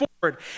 Forward